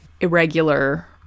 irregular